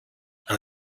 and